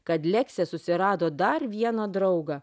kad leksė susirado dar vieną draugą